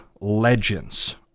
legends